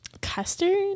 custard